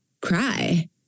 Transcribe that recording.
cry